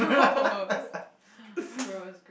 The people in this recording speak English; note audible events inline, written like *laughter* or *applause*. *laughs*